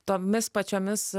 tomis pačiomis